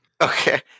Okay